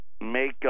make